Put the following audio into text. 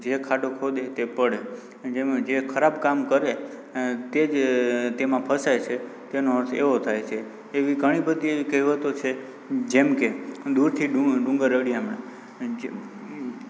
જે ખાડો ખોદે તે પડે જેમાં જે ખરાબ કામ કરે તે જ તેમાં ફસાય છે તેનો અર્થ એવો થાય થાય છે તેવી ઘણી બધી કહેવતો છે જેમકે દૂરથી ડું ડુંગર રળિયામણા